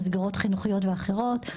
מסגרות חינוכיות ואחרות,